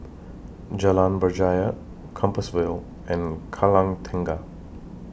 Jalan Berjaya Compassvale and Kallang Tengah